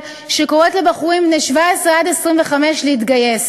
שקוראת לבחורים בני 17 25 להתגייס.